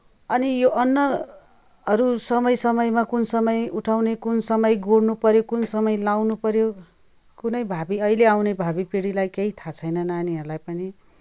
अनि यो अन्नहरू समय समयमा कुन समय उठाउने कुन समय गोड्नु पऱ्यो कुन समय लाउनु पऱ्यो कुनै भावी अहिले आउने भावी पिँढीलाई केही थाह छैन नानीहरूलाई पनि